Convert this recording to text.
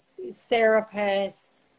therapists